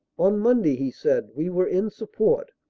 on monday, he said, we were in support.